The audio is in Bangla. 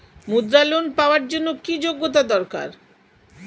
মুদ্রা লোন পাওয়ার জন্য কি যোগ্যতা দরকার?